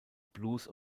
blues